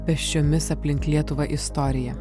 pėsčiomis aplink lietuvą istorija